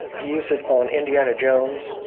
he used it on indiana jones.